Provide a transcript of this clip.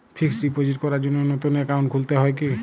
Fix deposit করার জন্য নতুন অ্যাকাউন্ট খুলতে হয় কী?